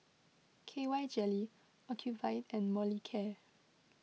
K Y Jelly Ocuvite and Molicare